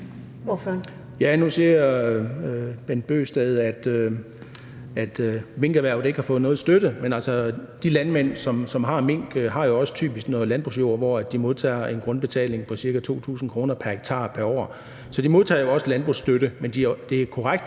Nu siger hr. Bent Bøgsted, at minkerhvervet ikke har fået noget i støtte, men altså, de landmænd, som har mink, har jo typisk også noget landbrugsjord, som de modtager en grundbetaling på ca. 2.000 kr. pr. hektar pr. år for, så de modtager jo også landbrugsstøtte, men det er korrekt,